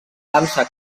dansa